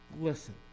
Listen